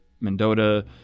mendota